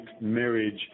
marriage